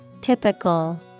typical